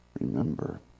Remember